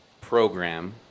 program